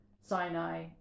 Sinai